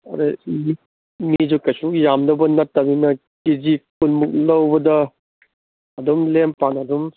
ꯑꯗꯣ ꯃꯤꯁꯨ ꯀꯩꯁꯨ ꯌꯥꯝꯗꯧꯕ ꯅꯠꯇꯕꯅꯤꯅ ꯀꯦ ꯖꯤ ꯀꯨꯟꯃꯨꯛ ꯂꯧꯕꯗ ꯑꯗꯨꯝ ꯂꯦꯝ ꯄꯥꯅ ꯑꯗꯨꯝ